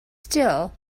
still